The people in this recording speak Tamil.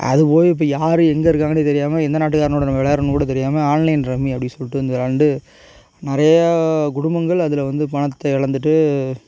அது போய் இப்போ யார் எங்கே இருக்காங்கனே தெரியாமல் எந்த நாட்டுக்காரனோட நம்ம விளாட்றோனு கூட தெரியாமல் ஆன்லைன் ரம்மி அப்படி சொல்லிட்டு இந்த ரெண்டு நிறையா குடும்பங்கள் அதில் வந்து பணத்தை இழந்துட்டு